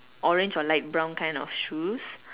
orange or light brown kind of shoes